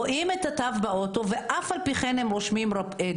רואים את התו באוטו, ואף על פי כן הם רושמים דוח.